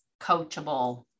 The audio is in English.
coachable